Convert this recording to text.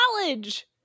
college